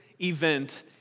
event